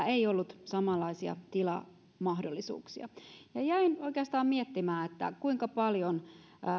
ei ollut samanlaisia tilamahdollisuuksia jäin oikeastaan miettimään kuinka paljon